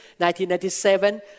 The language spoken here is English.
1997